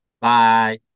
Bye